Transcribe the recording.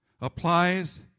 applies